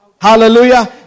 hallelujah